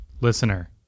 listener